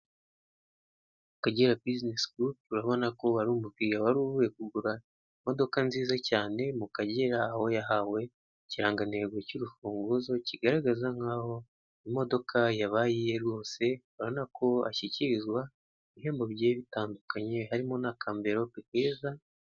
Akagera bizinesi gurupe urabona ko ari umukiliya wari uvuye kugura imodoka nziza cyane mu Kagera aho yahawe ikirangantego cy'urufunguzo kigaragaza nkaho imodoka yabaye iye rwose, urabona ko ashyikirizwa ibihembo bigiye bitandukanye harimo n'akamverope keza.